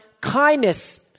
kindness